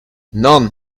nann